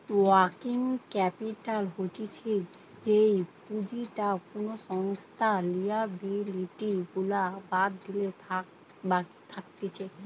working capital হতিছে যেই পুঁজিটা কোনো সংস্থার লিয়াবিলিটি গুলা বাদ দিলে বাকি থাকতিছে